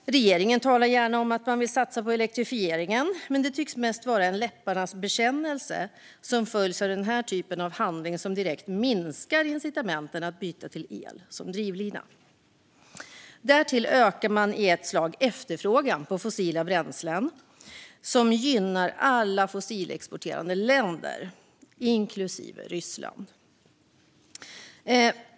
Regeringen talar gärna om att man vill satsa på elektrifieringen, men det tycks mest vara en läpparnas bekännelse som följs av den här typen av handling som direkt minskar incitamenten för att byta till el som drivlina. Därtill ökar man i ett slag efterfrågan på fossila bränslen som gynnar alla fossilexporterande länder, inklusive Ryssland.